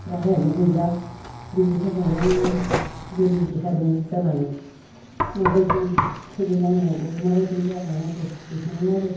राहायानो गैला बिनि थाखायनो बुरि देहानि जानानै माबायदि सिबिलांनांगौ माबायदि जालांनांगौ बेखौनो आरो